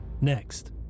Next